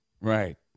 Right